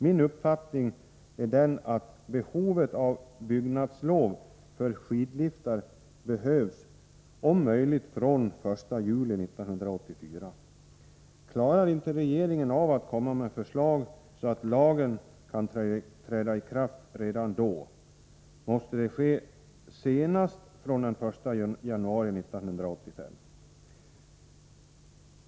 Min uppfattning är den, att det föreligger behov av byggnadslov för skidliftar från den 1 juli 1984. Om regeringen inte klarar av att komma med förslag, så att lagen kan träda i kraft redan då, måste man se till att i kraftträdandet kan ske senast den 1 januari 1985.